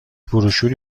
بروشوری